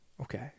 Okay